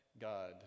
God